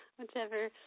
whichever